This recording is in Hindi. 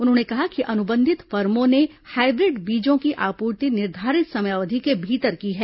उन्होंने कहा कि अनुबंधित फर्मों ने हाईब्रिड बीजों की आपूर्ति निर्धारित समय अवधि के भीतर की है